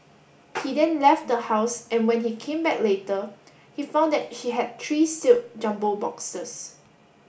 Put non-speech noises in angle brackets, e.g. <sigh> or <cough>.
<noise> he then left the house and when he came back later he found that she had tree sealed jumbo boxes